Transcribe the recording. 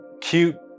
cute